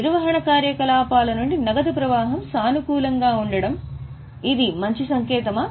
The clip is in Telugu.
నిర్వహణ కార్యకలాపాలు నుండి నగదు ప్రవాహం సానుకూలంగా ఉండటం ఇది మంచి సంకేతమా